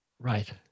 Right